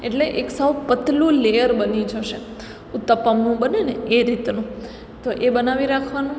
એટલે એક સાવ પાતળું લેયર બની જશે ઉત્તપમનું બને ને એ રીતનું તો એ બનાવી રાખવાનું